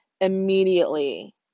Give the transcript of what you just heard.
immediately